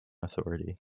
authority